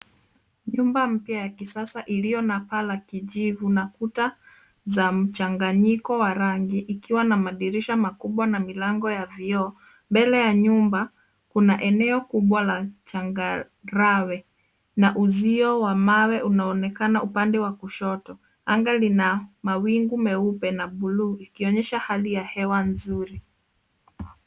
Nyumba mpya ya kisasa iliyo na paa la kijivu na kuta za mchanganyiko wa rangi ikiwa na madirisha makubwa na milango ya vioo. Mbele ya nyumba kuna eneo kubwa la changarawe na uzio wa mawe unaonekana upande wa kushoto. Anga lina mawingu meupe na buluu ikionyesha hali ya hewa nzuri.